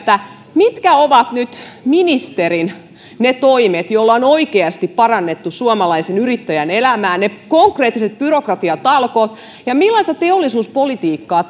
mitkä ovat nyt ministerin ne toimet joilla on oikeasti parannettu suomalaisen yrittäjän elämää ne konkreettiset byrokratiatalkoot ja millaista teollisuuspolitiikkaa